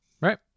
Right